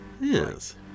Yes